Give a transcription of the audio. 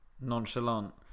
Nonchalant